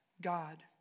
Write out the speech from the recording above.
God